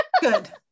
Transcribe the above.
Good